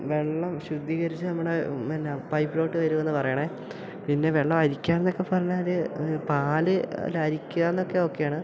വെള്ളം ശുദ്ധീകരിച്ച് നമ്മുടെ എന്നാ പൈപ്പിലോട്ട് വരുവെന്ന് പറയണത് പിന്നെ വെള്ളം അരിക്കുക എന്നെക്കെ പറഞ്ഞാൽ പാൽ അല്ല അരിക്കുക എന്നൊക്കെ ഓക്കെയാണ്